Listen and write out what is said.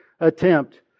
attempt